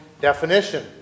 definition